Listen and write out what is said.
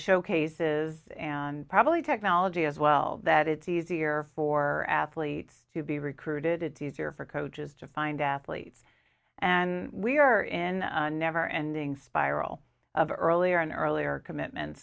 showcases and probably technology as well that it's easier for athletes to be recruited it's easier for coaches to find athletes and we are in a never ending spiral of earlier and earlier commitments